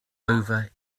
over